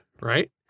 right